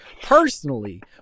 personally